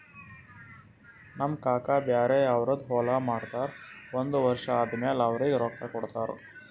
ನಮ್ ಕಾಕಾ ಬ್ಯಾರೆ ಅವ್ರದ್ ಹೊಲಾ ಮಾಡ್ತಾರ್ ಒಂದ್ ವರ್ಷ ಆದಮ್ಯಾಲ ಅವ್ರಿಗ ರೊಕ್ಕಾ ಕೊಡ್ತಾರ್